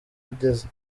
ageze